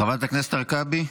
חברת הכנסת הרכבי.